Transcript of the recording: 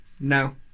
No